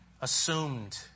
assumed